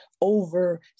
over